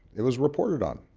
it was reported on.